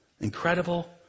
Incredible